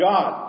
God